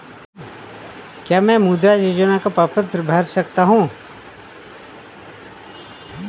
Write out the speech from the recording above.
क्या मैं मुद्रा योजना का प्रपत्र भर सकता हूँ?